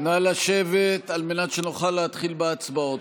נא לשבת על מנת שנוכל להתחיל בהצבעות.